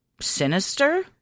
sinister